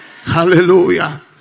Hallelujah